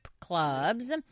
Clubs